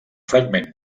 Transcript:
fragment